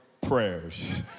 prayers